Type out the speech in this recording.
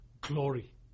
glory